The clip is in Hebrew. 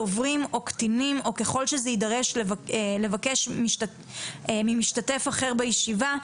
דוברים או קטינים או ככל שזה יידרש לבקש ממשתתף אחר בישיבה,